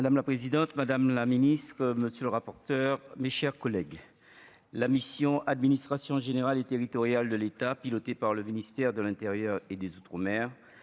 Madame la présidente, madame la ministre, monsieur le rapporteur, mes chers collègues, la mission Administration générale et territoriale de l'État, piloté par le ministère de l'Intérieur et des Outre-mer